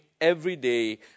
everyday